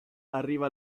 arriva